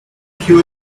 cure